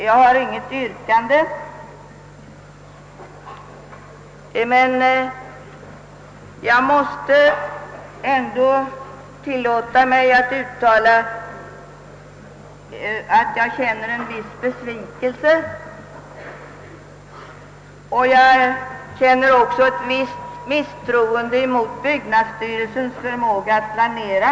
Jag har inget yrkande, men jag har velat uttala min besvikelse. Jag känner också en viss misstro mot byggnadsstyrelsens förmåga att planera.